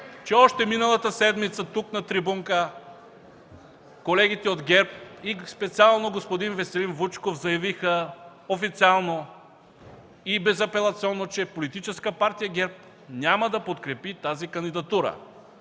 че още миналата седмица тук, на трибуната, колегите от ГЕРБ и специално господин Веселин Вучков заявиха официално и безапелационно, че Политическа партия ГЕРБ няма да подкрепи тази кандидатура.